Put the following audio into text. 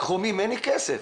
לקחו ממני כסף.